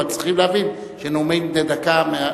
אבל צריכים להבין שנאומים בני דקה,